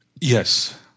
Yes